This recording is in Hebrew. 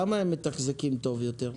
למה הם מתחזקים טוב יותר?